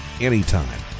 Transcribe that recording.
anytime